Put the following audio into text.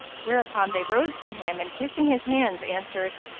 whereupon they rose to him and kissing his hands answered,